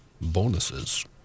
bonuses